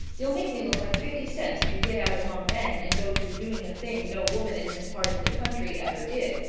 you'll make me look like fifty cents if you get out among men and go to doing a thing no woman in this part of the country ever did.